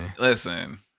Listen